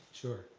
sure,